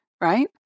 right